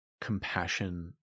compassion